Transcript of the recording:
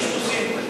טוסטוסים.